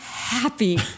Happy